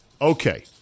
Okay